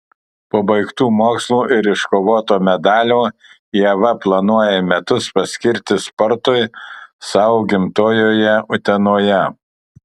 po baigtų mokslų ir iškovoto medalio ieva planuoja metus paskirti sportui savo gimtojoje utenoje